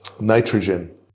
nitrogen